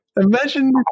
Imagine